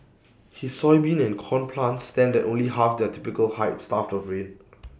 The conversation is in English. his soybean and corn plants stand at only half their typical height starved of rain